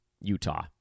Utah